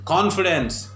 Confidence